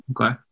Okay